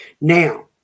Now